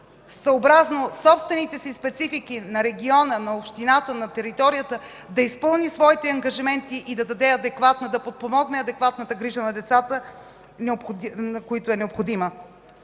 съобразно собствените си специфики – на региона, на общината, на територията, да изпълни своите ангажименти и да подпомогне адекватната грижа за децата, на които е необходима.